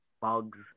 bugs